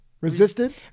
resisted